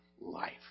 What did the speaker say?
life